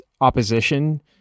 opposition